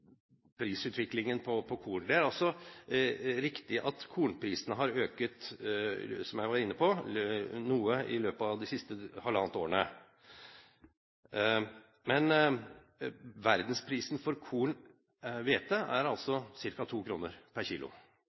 Det er riktig at kornprisene har økt noe – som jeg var inne på – i løpet av det siste halvannet året. Men verdensprisen for hvete er ca. 2 kr pr. kg.